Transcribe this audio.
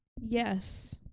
yes